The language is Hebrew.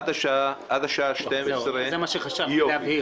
עד השעה 24:00 --- זה מה שחשבתי להבהיר.